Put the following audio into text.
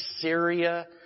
Syria